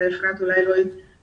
אפרת לא הציגה,